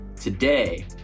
Today